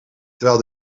terwijl